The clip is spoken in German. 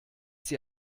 sie